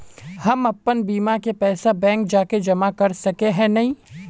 हम अपन बीमा के पैसा बैंक जाके जमा कर सके है नय?